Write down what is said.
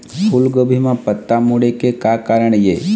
फूलगोभी म पत्ता मुड़े के का कारण ये?